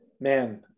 Man